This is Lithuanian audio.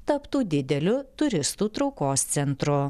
taptų dideliu turistų traukos centru